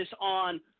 on